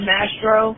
Mastro